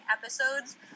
episodes